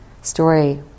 story